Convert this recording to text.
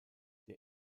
der